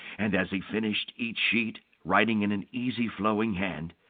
and as he finished each sheet, writing in an easy flowing hand,